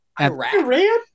Iran